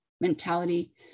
mentality